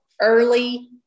early